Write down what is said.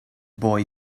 boy